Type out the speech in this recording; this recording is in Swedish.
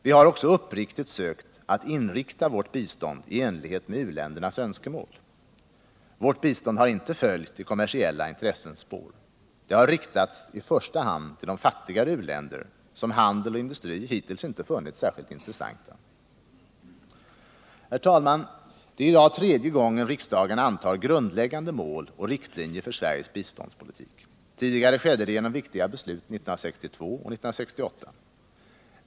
Vi har också uppriktigt sökt inrikta vårt bistånd i enlighet med u-ländernas önskemål. Vårt bistånd har inte följt i de kommersiella intressenas spår. Det har riktats i första hand till de fattigare u-länder som handel och industri hittills inte funnit särskilt intressanta. Herr talman! Det är i dag tredje gången riksdagen antar grundläggande mål och riktlinjer för Sveriges biståndspolitik. Tidigare skedde det genom viktiga beslut 1962 och 1968.